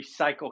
recycle